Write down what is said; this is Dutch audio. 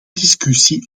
discussie